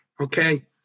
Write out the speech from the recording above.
okay